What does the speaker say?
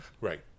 Right